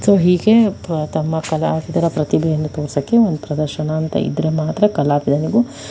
so ಹೀಗೆ ತಮ್ಮ ಕಲಾವಿದರ ಪ್ರತಿಭೆಯನ್ನು ತೋರಿಸೋಕ್ಕೆ ಒಂದು ಪ್ರದರ್ಶನ ಅಂತ ಇದ್ದರೆ ಮಾತ್ರ ಕಲಾವಿದನಿಗೂ